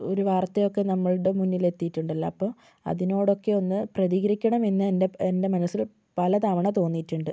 ഒരു വാർത്തയൊക്കെ നമ്മളുടെ മുന്നിലെത്തിയിട്ടുണ്ടല്ലോ അപ്പോൾ അതിനോടൊക്കെ ഒന്ന് പ്രതികരിക്കണമെന്ന് എൻ്റെ എൻ്റെ മനസ്സിൽ പല തവണ തോന്നിയിട്ടുണ്ട്